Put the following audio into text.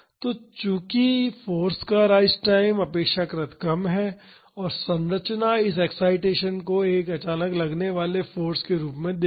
तो चूंकि फाॅर्स का राइज टाइम अपेक्षाकृत कम है और संरचना इस एक्साइटेसन को एक अचानक लगने वाले फाॅर्स के रूप में देखेगी